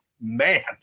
man